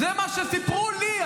זה מה שסיפרו לי.